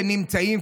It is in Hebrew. שנמצאים,